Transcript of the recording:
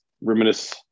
reminisce